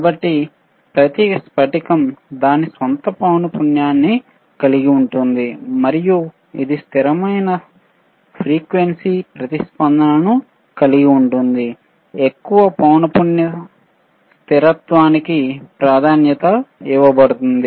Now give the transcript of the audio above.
కాబట్టి ప్రతి స్పటికం దాని స్వంత పౌన పున్యని కలిగి ఉంటుంది మరియు ఇది స్థిరమైన పౌనపున్యం ప్రతిస్పందనను కలిగి ఉంటుంది ఎక్కువ పౌన పున్య స్థిరత్వానికి ప్రాధాన్యత ఇవ్వబడుతుంది